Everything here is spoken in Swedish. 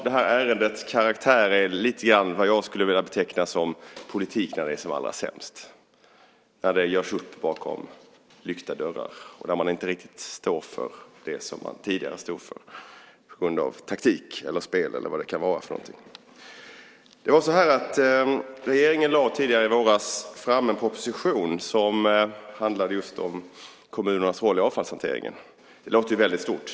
Det här ärendets karaktär skulle jag nämligen lite grann vilja beteckna som politik när den är som allra sämst, när det görs upp bakom lyckta dörrar och när man inte riktigt står för det som man tidigare stod för på grund av taktik eller spel eller vad det nu kan vara för någonting. Regeringen lade tidigare i våras fram en proposition som handlade just om kommunernas roll i avfallshanteringen. Det låter väldigt stort.